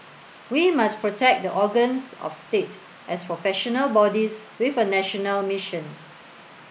we must protect the organs of state as professional bodies with a national mission